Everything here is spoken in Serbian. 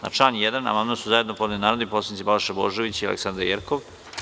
Na član 1. amandman su zajedno podneli narodni poslanici Balša Božović i mr Aleksandra Jerkov.